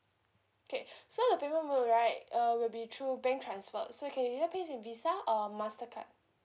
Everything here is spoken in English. okay so the premium mode right uh will be through bank transfer so you can just pay in Visa or Mastercard